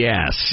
Yes